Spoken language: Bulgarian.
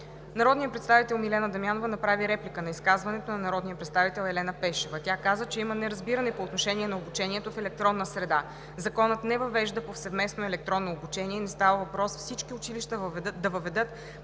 Народният представител Милена Дамянова направи реплика на изказването на народния представител Елена Пешева. Тя каза, че има неразбиране по отношение на обучението в електронна среда. Законът не въвежда повсеместно електронно обучение, не става въпрос всички училища да въведат